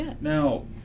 Now